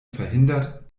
verhindert